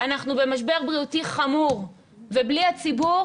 אנחנו במשבר בריאותי חמור ובלי הציבור